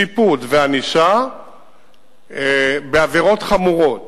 שיפוט וענישה בעבירות חמורות,